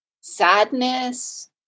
sadness